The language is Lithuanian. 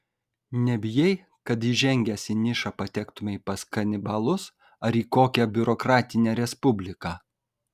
nebijai kad įžengęs į nišą patektumei pas kanibalus ar į kokią biurokratinę respubliką